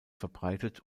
verbreitet